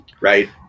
right